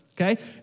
okay